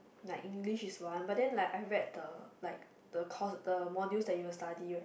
like English is one but then like I read the like the course the modules that you will study right